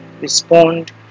respond